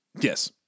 Yes